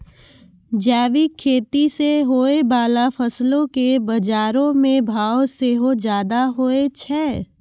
जैविक खेती से होय बाला फसलो के बजारो मे भाव सेहो ज्यादा होय छै